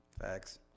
Facts